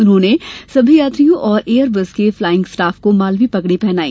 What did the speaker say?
उन्होंने सभी यात्रियों और एयर बस के फ्लाइंग स्टाफ को मालवी पगड़ी पहनाई